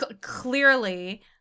Clearly